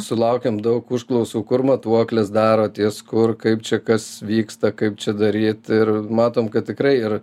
sulaukiam daug užklausų kur matuokles darotės kur kaip čia kas vyksta kaip čia daryt ir matom kad tikrai ir